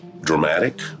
dramatic